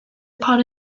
upon